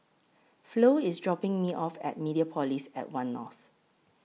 Flo IS dropping Me off At Mediapolis At one North